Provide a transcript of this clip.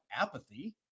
apathy